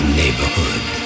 neighborhood